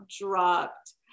dropped